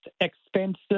expensive